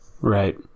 Right